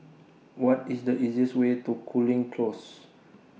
What IS The easiest Way to Cooling Close